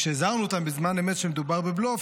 וכשהזהרנו אותם בזמן אמת שמדובר בבלוף,